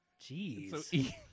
Jeez